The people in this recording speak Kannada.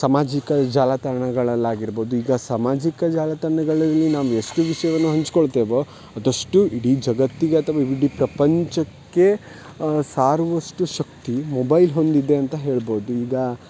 ಸಾಮಾಜಿಕ ಜಾಲತಾಣಗಳಲ್ಲಾಗಿರ್ಬೌದು ಈಗ ಸಾಮಾಜಿಕ ಜಾಲತಾಣಗಳಲ್ಲಿ ನಾವು ಎಷ್ಟು ವಿಷಯವನ್ನು ಹಂಚಿಕೊಳ್ತೇವೋ ಅದಷ್ಟು ಇಡೀ ಜಗತ್ತಿಗೆ ಅಥವಾ ಇಡೀ ಪ್ರಪಂಚಕ್ಕೆ ಸಾರುವಷ್ಟು ಶಕ್ತಿ ಮೊಬೈಲ್ ಹೊಂದಿದೆ ಅಂತ ಹೇಳ್ಬೌದು ಈಗ